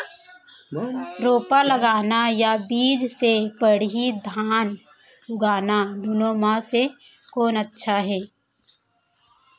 रोपा लगाना या बीज से पड़ही धान उगाना दुनो म से कोन अच्छा हे?